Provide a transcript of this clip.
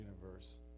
universe